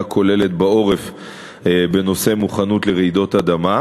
כוללת בעורף בנושא מוכנות לרעידות אדמה.